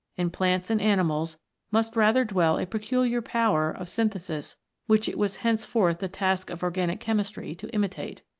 in plants and animals must rather dwell a peculiar power of synthesis which it was henceforth the task of organic chemistry to imitate.